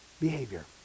behavior